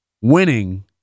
Winning